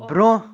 برٛونٛہہ